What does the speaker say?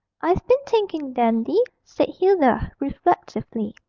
i've been thinking, dandy said hilda, reflectively,